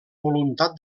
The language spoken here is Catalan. voluntat